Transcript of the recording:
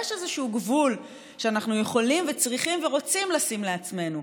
יש איזה גבול שאנחנו יכולים וצריכים ורוצים לשים לעצמנו,